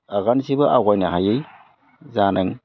आगानसेबो आवगायनो हायै जादों